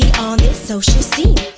on this social scene?